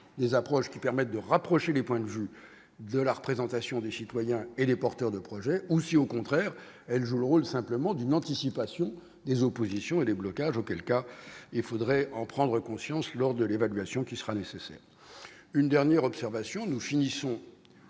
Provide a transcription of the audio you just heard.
des approches qui permettent de rapprocher les points de vue de la représentation des citoyens et les porteurs de projets, ou si au contraire elle joue le rôle, simplement d'une anticipation des oppositions et les blocages, auquel cas il faudrait en prendre conscience, lors de l'évaluation qui sera nécessaire une dernière observation, nous finissons